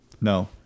No